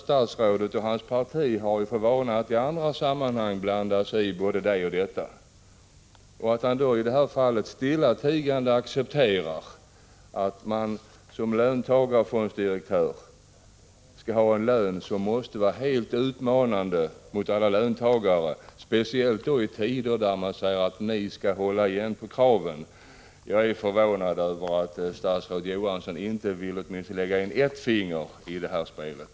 Statsrådet och hans parti har för vana att i andra sammanhang blanda sig i både det ena och det andra, men i det här fallet accepterar han stillatigande att en löntagarfonddirektör har en lön som måste framstå som utmanande för alla löntagare, speciellt i tider när man säger till dem att de skall hålla igen på kraven. Jag är förvånad över att statsrådet Johansson inte vill lägga åtminstone ett finger i det här spelet.